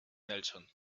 nelson